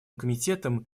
комитетом